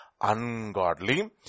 ungodly